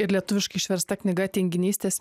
ir lietuviškai išversta knyga tinginystės